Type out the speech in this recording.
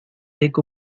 eco